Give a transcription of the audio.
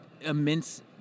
immense